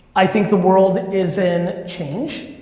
i think the world is in change,